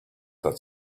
that